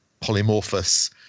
polymorphous